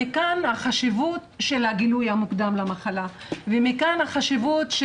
מכאן החשיבות של הגילוי המוקדם למחלה ומכאן החשיבות,